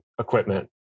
equipment